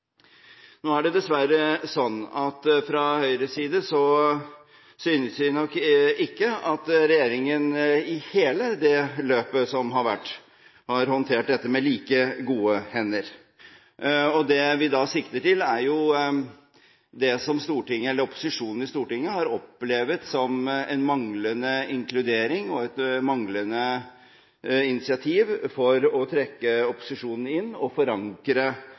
Det er dessverre slik at fra Høyres side synes vi nok ikke at regjeringen i hele det løpet som har vært, har håndtert dette med like gode hender. Det vi sikter til, er det som opposisjonen i Stortinget har opplevd som en manglende inkludering og et manglende initiativ til å trekke opposisjonen inn, og forankre